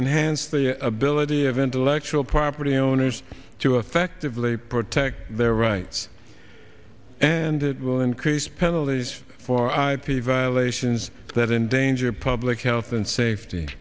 enhance the ability of intellectual property owners to effectively protect their rights and it will increase penalties for ip violations that endanger public health and safety